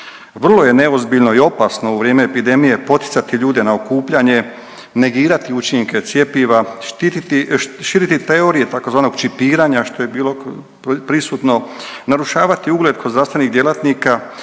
Vrlo je neozbiljno i opasno u vrijeme epidemije poticati ljude na okupljanje, negirati učinke cjepiva, štititi, širiti teorije tzv. čipiranja, što je bilo prisutno, narušavati ugled kod zdravstvenih djelatnika,